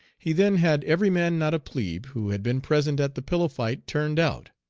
he then had every man, not a plebe, who had been present at the pillow fight turned out.